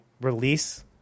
release